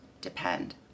depend